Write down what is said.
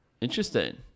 Interesting